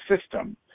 system